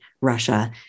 Russia